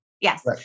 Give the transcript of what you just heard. Yes